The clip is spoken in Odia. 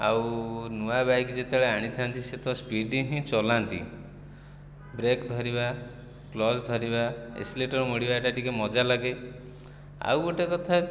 ଆଉ ନୂଆ ବାଇକ୍ ଯେତେବେଳେ ଆଣିଥାନ୍ତି ସିଏ ତ ସ୍ପୀଡ଼ ହିଁ ଚଲାନ୍ତି ବ୍ରେକ୍ ଧରିବା କ୍ଲଚ୍ ଧରିବା ଏକ୍ସିଲେଟେର୍ ମୋଡ଼ିବା ଏଟା ଟିକେ ମଜା ଲାଗେ ଆଉ ଗୋଟିଏ କଥା